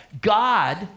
God